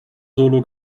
solo